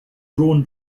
drawn